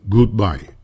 Goodbye